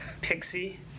Pixie